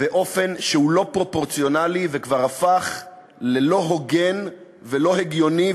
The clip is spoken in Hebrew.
באופן שהוא לא פרופורציונלי וכבר הפך ללא הוגן ולא הגיוני,